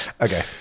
Okay